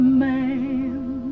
man